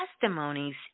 testimonies